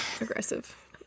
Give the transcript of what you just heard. aggressive